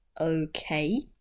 Okay